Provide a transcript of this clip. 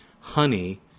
honey